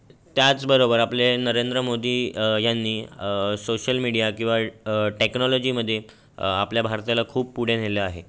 त्याचबरोबर आपले नरेंद्र मोदी यांनी सोशल मीडिया किंवा टेक्नॉलॉजीमध्ये आपल्या भारताला खूप पुढे नेलं आहे